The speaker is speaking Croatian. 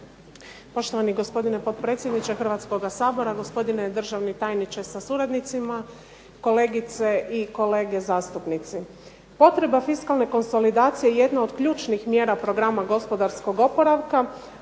Poštovani gospodine potpredsjedniče Hrvatskoga sabora, gospodine državni tajniče sa suradnicima, kolegice i kolege zastupnici. Potreba fiskalne konsolidacije jedna je od ključnih mjera Programa gospodarskog oporavka,